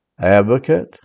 Advocate